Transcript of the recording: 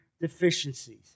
deficiencies